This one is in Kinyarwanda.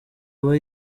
aba